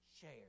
Share